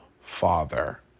father